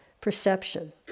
perception